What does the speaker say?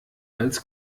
als